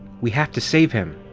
we have to save him!